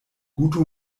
guto